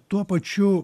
tuo pačiu